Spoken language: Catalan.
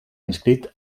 inscrit